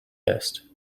mist